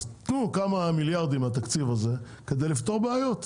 אז תנו כמה מיליארדים מהתקציב הזה כדי לפתור בעיות.